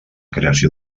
creació